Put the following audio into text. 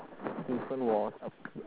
gi~ given was a P